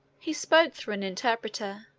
he spoke through an interpreter.